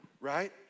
Right